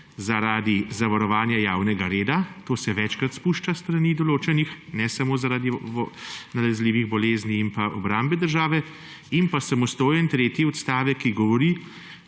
zaradi zavarovanja javnega reda, to se večkrat izpušča z določenih strani, ne samo zaradi nalezljivih bolezni in pa obrambe države, in pa samostojen tretji odstavek, ki govori,